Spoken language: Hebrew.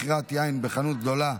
מכירת יין בחנות גדולה),